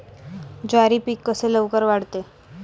ज्वारी पीक कसे लवकर वाढते?